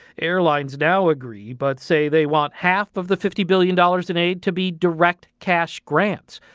airlines now agree but say they want half of the fifty billion dollars in aid to be direct cash grants.